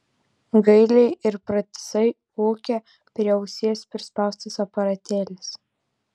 gailiai ir pratisai ūkia prie ausies prispaustas aparatėlis